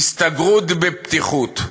הסתגרות, בפתיחות.